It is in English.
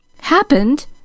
Happened